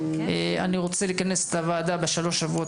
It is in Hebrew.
אני רוצה לכנס את הוועדה בשלושת השבועות